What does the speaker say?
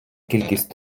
кількість